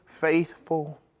faithful